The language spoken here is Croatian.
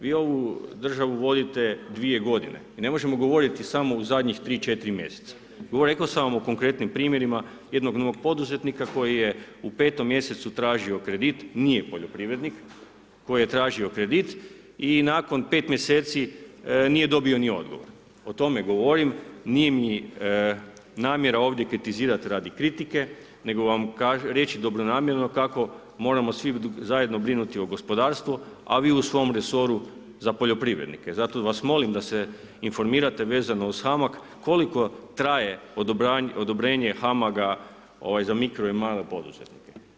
Vi ovu državu vodite dvije godine, i ne možemo govoriti samo u zadnjih tri, četiri mjeseca, rekao sam vam o konkretnim primjerima jednog novog poduzetnika koji je u petom mjesecu tražio kredit, nije poljoprivrednik, koji je tražio kredit i nakon pet mjeseci nije dobio ni odgovor, o tome govorim, nije mi namjera ovdje kritizirati radi kritike, nego vam reći dobronamjerno kako moramo svi zajedno brinuti o gospodarstvu, a vi u svom resoru za poljoprivrednike, zato vas molim da se informirate vezano uz HAMAG koliko traje odobravanje, odobrenje HAMAG-a za mikro i male poduzetnike.